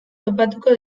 topatuko